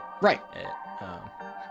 Right